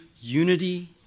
unity